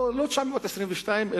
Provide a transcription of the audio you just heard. לא 922,